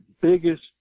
biggest